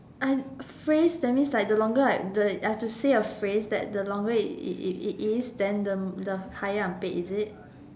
I phrase that means like the longer I the I have to say a phrase that the longer it it it is then the the higher I'm paid is it